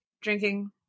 drinking